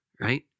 right